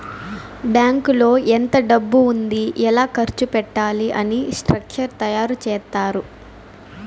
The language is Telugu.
బ్యాంకులో ఎంత డబ్బు ఉంది ఎలా ఖర్చు పెట్టాలి అని స్ట్రక్చర్ తయారు చేత్తారు